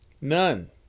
None